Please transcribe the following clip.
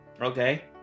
Okay